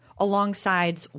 alongside